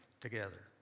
together